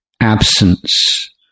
absence